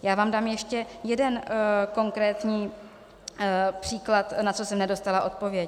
Já vám dám ještě jeden konkrétní příklad, na co jsem nedostala odpověď.